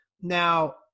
Now